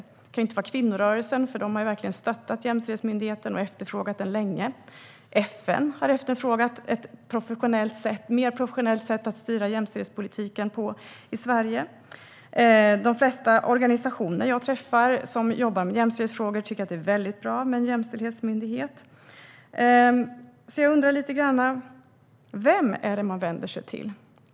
Det kan inte vara kvinnorörelsen, för den har verkligen stöttat jämställdhetsmyndigheten och efterfrågat den länge. FN har efterfrågat ett mer professionellt sätt att styra jämställdhetspolitiken på i Sverige. De flesta organisationer jag träffar som jobbar med jämställdhetsfrågor tycker att det är väldigt bra med en jämställdhetsmyndighet. Vem är det man vänder sig till?